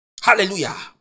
Hallelujah